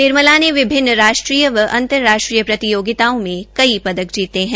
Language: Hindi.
निर्मला ने वििन्न राष्ट्रीय व अंतर्राष्ट्रीय प्रतियोगिताओं में कई पदक जीते है